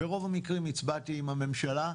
ברוב המקרים הצבעתי עם הממשלה,